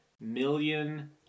million